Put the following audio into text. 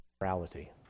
morality